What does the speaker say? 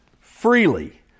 freely